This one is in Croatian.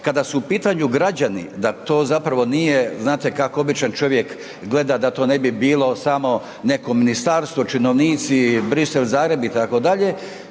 Kada su u pitanju građani da to zapravo nije, znate kako običan čovjek gleda da to ne bi bilo samo neko ministarstvo, činovnici, Bruxelles-Zagreb itd.,